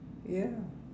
ya